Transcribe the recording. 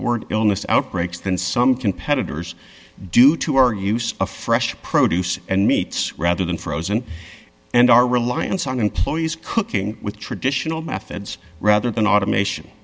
borne illness outbreaks than some competitors due to our use of fresh produce and meats rather than frozen and our reliance on employees cooking with traditional methods rather than automation